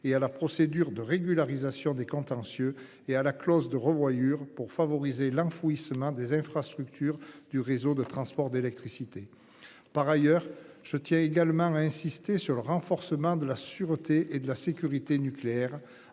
et à la procédure de régularisation des contentieux et à la clause de revoyure pour favoriser l'enfouissement des infrastructures du réseau de transport d'électricité. Par ailleurs, je tiens également insisté sur le renforcement de la sûreté et de la sécurité nucléaire